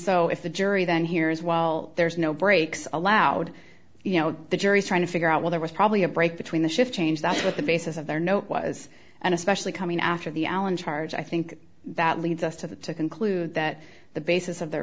so if the jury then hears well there's no brakes on loud you know the jury is trying to figure out well there was probably a break between the shift change that's what the basis of their note was and especially coming after the allen charge i think that leads us to the to conclude that the basis of their